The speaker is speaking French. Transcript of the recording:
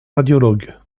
radiologue